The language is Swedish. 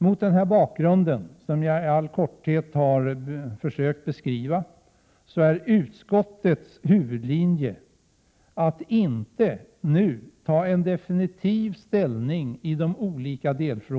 Mot den bakgrund som jag här i all korthet har försökt beskriva är utskottets huvudlinje att inte nu ta definitiv ställning till de olika delfrågorna Prot.